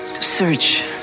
search